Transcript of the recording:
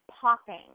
popping